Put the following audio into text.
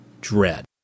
dread